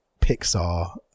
Pixar